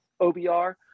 OBR